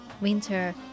winter